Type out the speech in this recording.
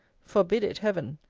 forbid it, heaven!